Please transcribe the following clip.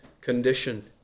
condition